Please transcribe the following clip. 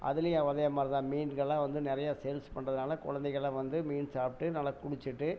அதுலயும் அதே மாதிரி தான் மீன்கள்லாம் வந்து நிறையா சேல்ஸ் பண்ணுறதுனால குழந்தைகள்லாம் வந்து மீன் சாப்பிட்டு நல்லா குளிச்சிவிட்டு